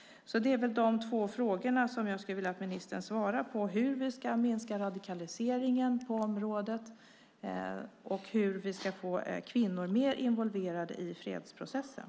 Det är väl de två frågor som jag skulle vilja att ministern svarar på: Hur ska vi minska radikaliseringen på området? Och hur vi ska få kvinnor mer involverade i fredsprocessen?